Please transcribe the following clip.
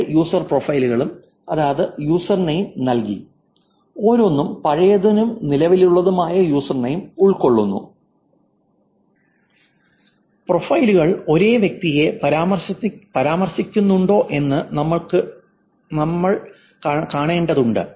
രണ്ട് യൂസർ പ്രൊഫൈലുകളും അതാത് യൂസർനെയിം നൽകി ഓരോന്നും പഴയതും നിലവിലുള്ളതുമായ യൂസർനെയിം ഉൾക്കൊള്ളുന്നു പ്രൊഫൈലുകൾ ഒരേ വ്യക്തിയെ പരാമർശിക്കുന്നുണ്ടോ എന്ന് നമ്മൾകണ്ടെത്തേണ്ടതുണ്ട്